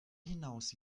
hinaus